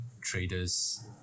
traders